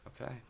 Okay